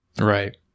right